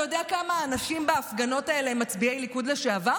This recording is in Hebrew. אתה יודע כמה אנשים בהפגנות האלה הם מצביעי ליכוד לשעבר